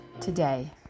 Today